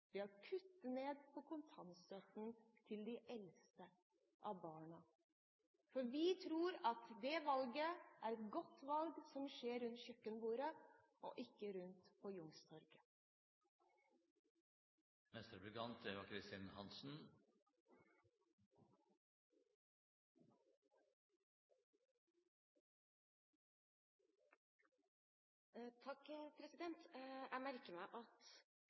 ned på kontantstøtten til de eldste barna. For vi tror at det valget er et godt valg som skjer rundt kjøkkenbordet, og ikke rundt på Youngstorget. Jeg merker meg at i innlegget var